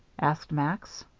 asked max.